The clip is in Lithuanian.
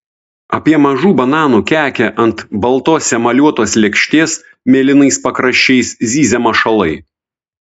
apie mažų bananų kekę ant baltos emaliuotos lėkštės mėlynais pakraščiais zyzia mašalai